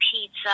pizza